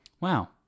wow